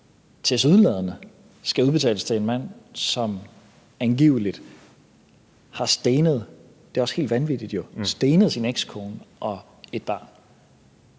tilsyneladende skal udbetales til en mand, som angiveligt har stenet – det er jo helt vanvittigt – sin ekskone og et barn.